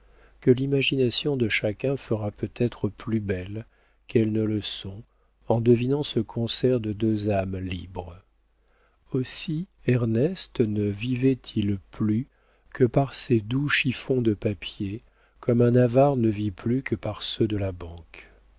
que l'imagination de chacun fera peut-être plus belles qu'elles ne le sont en devinant ce concert de deux âmes libres aussi ernest ne vivait-il plus que par ces doux chiffons de papier comme un avare ne vit plus que par ceux de la banque